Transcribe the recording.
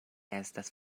estas